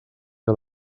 que